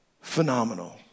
Phenomenal